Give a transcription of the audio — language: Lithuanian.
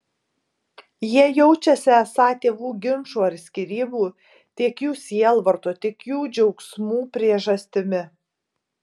jie jaučiasi esą tėvų ginčų ar skyrybų tiek jų sielvarto tiek jų džiaugsmų priežastimi